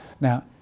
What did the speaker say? Now